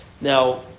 Now